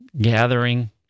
gathering